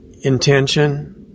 Intention